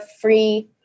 free